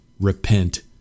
repent